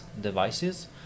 devices